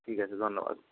ঠিক আছে ধন্যবাদ